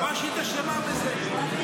היועמ"שית אשמה בזה?